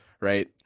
right